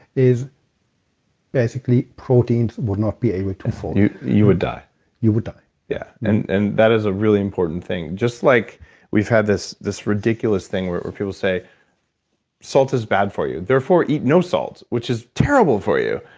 is basically proteins would not be able to fold you you would die you would die yeah, and and that is a really important thing. just like we've had this this ridiculous thing where where people say salt is bad for you. therefore, eat no salts, which is terrible for you,